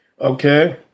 okay